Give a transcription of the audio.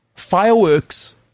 fireworks